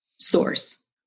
source